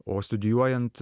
o studijuojant